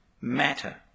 matter